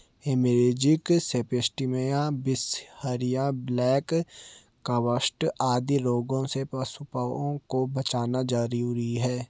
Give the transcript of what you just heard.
haemorrhagic septicaemia, बिसहरिया, black quarters आदि रोगों से पशुओं को बचाना जरूरी है